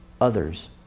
others